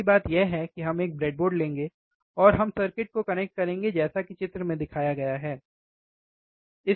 पहली बात यह है कि हम एक ब्रेडबोर्ड लेंगे और हम सर्किट को कनेक्ट करेंगे जैसा कि चित्र में दिखाया गया है ठीक है